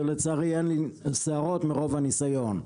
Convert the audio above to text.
שלצערי אין לי שיערות מרוב הניסיון.